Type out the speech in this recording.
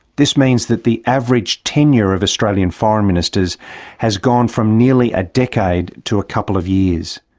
this means that the average tenure of australian foreign ministers has gone from nearly a decade to a couple of years.